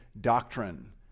doctrine